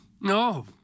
No